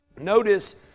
Notice